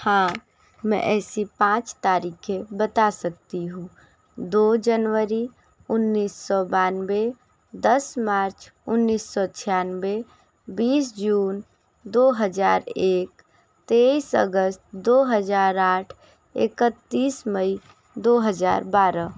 हाँ मैं ऐसी पाँच तारीखें बता सकती हूँ दो जनवरी उन्नीस सौ बानवे दस मार्च उन्नीस सौ छियानवे बीस जून दो हजार एक तेईस अगस्त दो हजार आठ इकत्तीस मई दो हजार बारह